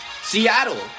Seattle